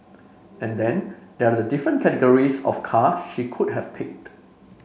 and then there are the different categories of car she could have picked